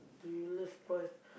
do you love prawn